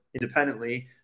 independently